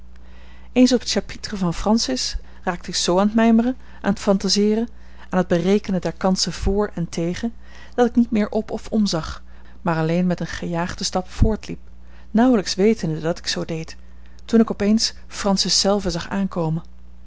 eens op t chapitre van francis raakte ik zoo aan t mijmeren aan t fantaseeren aan t berekenen der kansen vr en tegen dat ik niet meer op of omzag maar alleen met een gejaagden stap voortliep nauwelijks wetende dat ik zoo deed toen ik op eens francis zelve zag aankomen